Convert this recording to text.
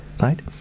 right